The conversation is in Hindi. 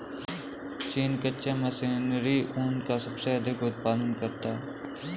चीन कच्चे कश्मीरी ऊन का सबसे अधिक उत्पादन करता है